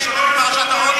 מה זה שונה מפרשת האונס?